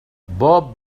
بوب